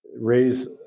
raise